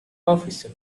officer